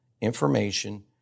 information